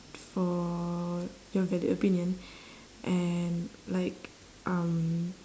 for your valid opinion and like um